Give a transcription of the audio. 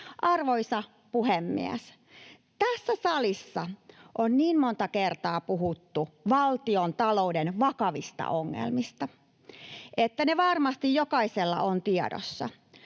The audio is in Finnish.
Arvoisa puhemies! Tässä salissa on niin monta kertaa puhuttu valtiontalouden vakavista ongelmista, että ne varmasti jokaisella ovat tiedossa.